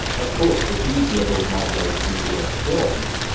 of course, the huge level of migration creates jobs,